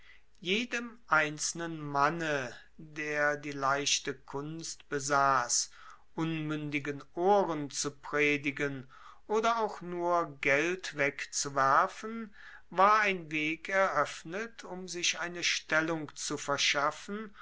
jedem einzelnen manne der die leichte kunst besass unmuendigen ohren zu predigen oder auch nur geld wegzuwerfen war ein weg eroeffnet um sich eine stellung zu verschaffen